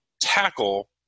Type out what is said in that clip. tackle